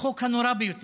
החוק הנורא ביותר,